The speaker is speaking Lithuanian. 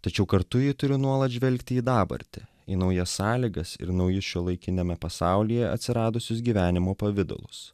tačiau kartu ji turi nuolat žvelgti į dabartį į naujas sąlygas ir naujus šiuolaikiniame pasaulyje atsiradusius gyvenimo pavidalus